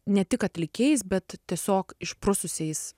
ne tik atlikėjais bet tiesiog išprususiais